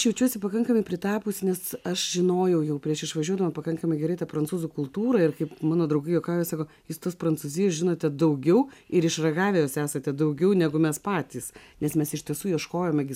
jaučiuosi pakankamai pritapusi nes aš žinojau jau prieš išvažiuodama pakankamai gerai tą prancūzų kultūrą ir kaip mano draugai juokauja sako jūstos prancūzijos žinote daugiau ir išragavę jos esate daugiau negu mes patys nes mes iš tiesų ieškojome gi